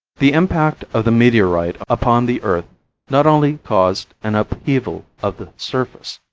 the impact of the meteorite upon the earth not only caused an upheaval of the surface,